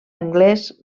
anglès